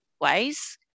ways